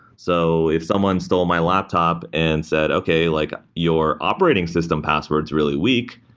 so if someone stole my laptop and said, okay. like your operating system password is really weak.